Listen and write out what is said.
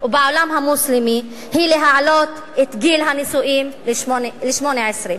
ובעולם המוסלמי, היא להעלות את גיל הנישואים ל-18.